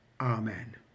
Amen